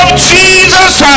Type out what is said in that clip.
Jesus